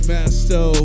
Masto